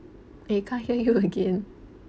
eh can't hear you again